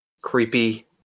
creepy